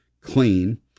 clean